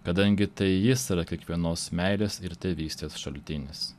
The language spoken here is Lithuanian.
kadangi tai jis yra kiekvienos meilės ir tėvystės šaltinis